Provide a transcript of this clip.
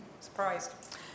Surprised